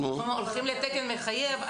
הולכים לתקן מחייב.